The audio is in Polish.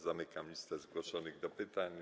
Zamykam listę zgłoszonych do pytań.